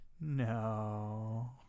No